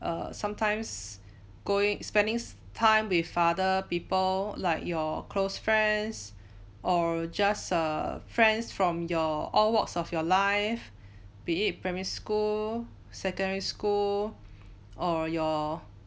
err sometimes going spending time with other people like your close friends or just err friends from your all walks of your life be it primary school secondary school or your